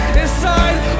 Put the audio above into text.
inside